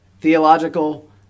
theological